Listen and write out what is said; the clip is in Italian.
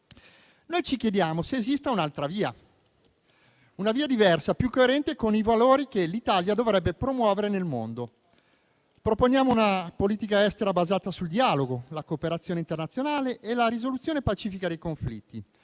Ci chiediamo se esista un'altra via, diversa e più coerente con i valori che l'Italia dovrebbe promuovere nel mondo. Proponiamo una politica estera basata sul dialogo, sulla cooperazione internazionale e sulla risoluzione pacifica dei conflitti,